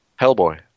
Hellboy